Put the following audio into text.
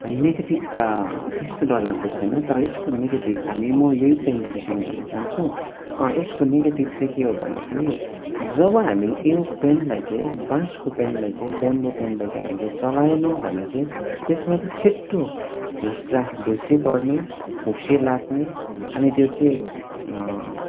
negative त त्यस्तो डरलाग्दो छैन तर यसको नेकेटिभ हामी म यही पेनको विषयमा भन्न चाहन्छु यसको नेगेटिभ चाहिँ के हो भन्दाखेरि जब हामी यो पेनलाई चाहिँ बाँसको पेनलाई चाहिँ बेम्बो पेनलाई चाहिँ हामीले चलाएनौँ भने चाहिँ त्यसमा चाहिँ छिट्टो हुस्सा डुस्सी पर्ने हुस्से लाग्ने अनि त्यो चाहिँ